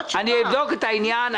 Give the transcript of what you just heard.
אני אבדוק את העניין.